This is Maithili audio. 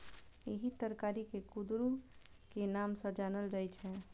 एहि तरकारी कें कुंदरू के नाम सं जानल जाइ छै